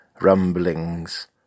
rumblings